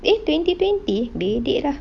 eh twenty twenty bedek lah